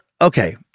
Okay